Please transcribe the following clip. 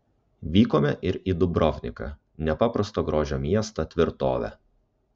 vykome ir į dubrovniką nepaprasto grožio miestą tvirtovę